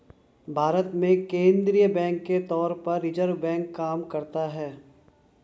भारत में केंद्रीय बैंक के तौर पर रिज़र्व बैंक काम करता है